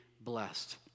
blessed